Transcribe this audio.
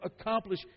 accomplish